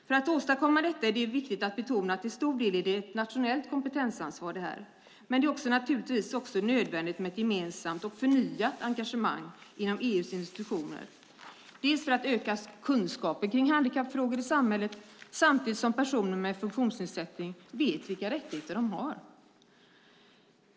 För att åstadkomma detta är det viktigt att betona att till stor del är det här ett nationellt kompetensansvar, men det är naturligtvis också nödvändigt med ett gemensamt och förnyat engagemang inom EU:s institutioner, bland annat för att öka kunskapen kring handikappfrågor i samhället samtidigt som personer med funktionsnedsättning vet vilka rättigheter de har.